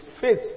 faith